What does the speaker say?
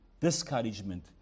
discouragement